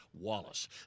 Wallace